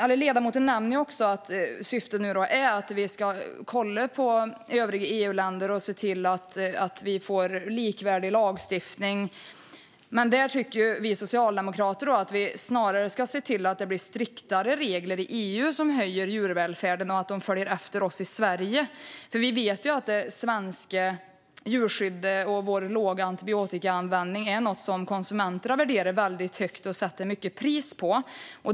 Ledamoten nämner att syftet är att vi ska titta på övriga EU-länder och se till att det blir likvärdig lagstiftning. Men där tycker vi socialdemokrater att vi snarare ska se till att det blir striktare regler i EU som höjer djurvälfärden och att de följer efter oss i Sverige. Vi vet att det svenska djurskyddet och den låga användningen av antibiotika är något som konsumenterna värderar högt och sätter ett högt pris på.